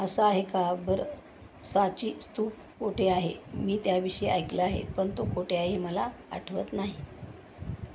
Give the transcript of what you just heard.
असं आहे का बरं सांची स्तूप कुठे आहे मी त्याविषयी ऐकलं आहे पण तो कुठे आहे हे मला आठवत नाही